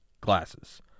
glasses